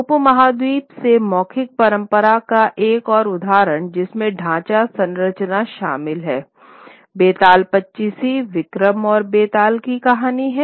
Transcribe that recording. उपमहाद्वीप से मौखिक परंपरा का एक और उदाहरण जिसमें ढाँचा संरचना शामिल है बेताल पच्चीसी विक्रम और बेताल की कहानी है